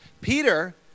Peter